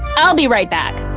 i'll be right back!